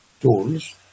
tools